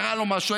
קרה לו משהו.